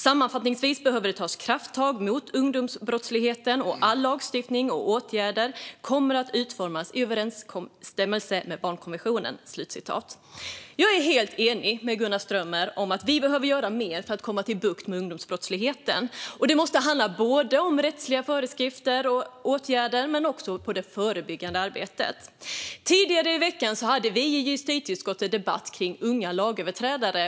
Sammanfattningsvis behöver det tas krafttag mot ungdomsbrottsligheten och all lagstiftning och övriga åtgärder kommer att utformas i överensstämmelse med barnkonventionen." Jag är helt enig med Gunnar Strömmer om att vi behöver göra mer för att få bukt med ungdomsbrottsligheten. Det måste handla både om rättsliga föreskrifter och åtgärder och om det förebyggande arbetet. Tidigare i veckan hade vi i justitieutskottet debatt kring unga lagöverträdare.